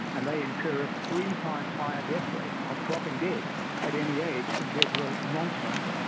and they incur three times higher death rate of dropping dead at any age compared to a non-smoker.